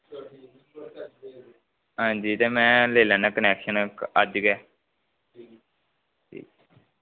हांजी ते मैं ले लैन्ना कनैक्शन अज्ज गै ठीक